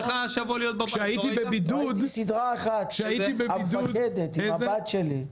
ראיתי סדרה אחת, "המפקדת" עם הבת שלי.